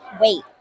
wait